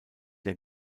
der